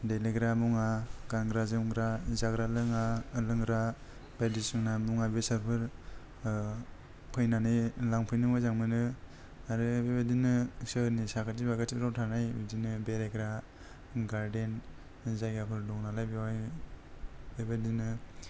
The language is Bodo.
देलायग्रा मुवा गानग्रा जोमग्रा जाग्रा लोंग्रा बायदिसिना मुवा बेसादफोर ओ फैनानै लांफैनो मोजां मोनो आरो बेबादिनि सोहोरनि साखाथि फाखाथि थानाय बेरायग्रा गारदेन जायगाफोर दं नालाय बेहाय बेबादिनो